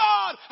God